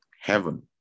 Heaven